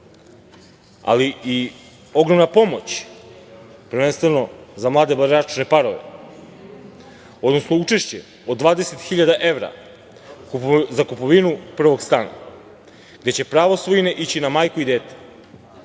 ali i ogromna pomoć, prvenstveno za mlade bračne parove, odnosno učešće od 20 hiljada evra za kupovinu prvog stana, gde će pravo svojine ići na majku i dete. To